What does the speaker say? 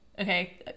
okay